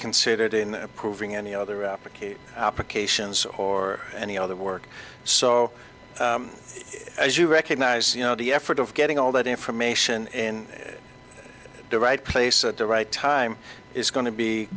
considered in approving any other application applications or any other work so as you recognize you know the effort of getting all that information in the right place at the right time is go